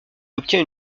obtient